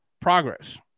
progress